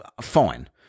fine